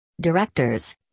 Directors